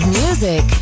music